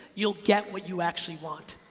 you'll get what you actually want,